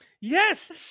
Yes